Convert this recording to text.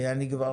כבר